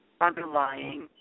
underlying